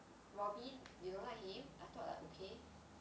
robin you don't like him I thought like okay